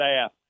staff